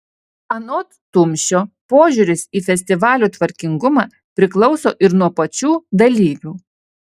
anot tumšio požiūris į festivalių tvarkingumą priklauso ir nuo pačių dalyvių